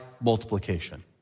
multiplication